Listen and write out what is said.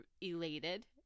elated